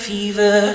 Fever